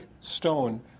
stone